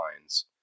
lines